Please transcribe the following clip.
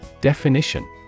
Definition